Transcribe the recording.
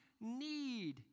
need